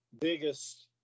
biggest